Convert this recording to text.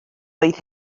oedd